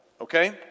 Okay